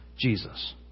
Jesus